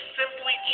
simply